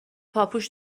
پاپوش